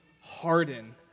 harden